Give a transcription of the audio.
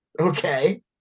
okay